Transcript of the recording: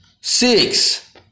Six